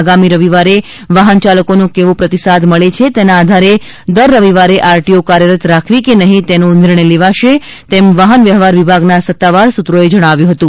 આગામી રવિવારે વાહનચાલકોનો કેવો પ્રતિસાદ મળે છે તેના આધારે દર રવિવારે આરટીઓ કાર્યરત રાખવી કે નહીં તેનો નિર્ણય લેવાશે તેમ વાહન વ્યવહાર વિભાગના સત્તાવાર સૂત્રોએ જણાવ્યું હતું